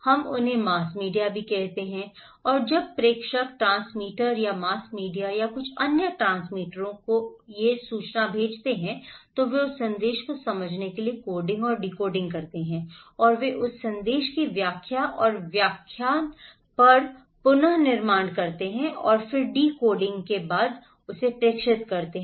हम उन्हें mass media कहते हैं और जब प्रेषक ट्रांसमीटर या मास मीडिया या कुछ अन्य ट्रांसमीटरों को ये सूचना भेजते हैं तो वे उस संदेश को समझने के लिए कोडिंग और डिकोडिंग करते हैं और वे उस संदेश की व्याख्या और व्याख्या करते हैं और पुन निर्माण करते हैं और फिर डिकोडिफाइंग के बाद उसे प्रेषित करते हैं